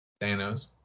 Thanos